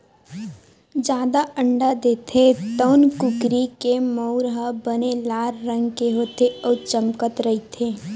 जादा अंडा देथे तउन कुकरी के मउर ह बने लाल रंग के होथे अउ चमकत रहिथे